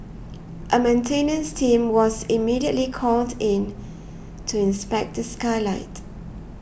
a maintenance team was immediately called in to inspect the skylight